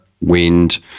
wind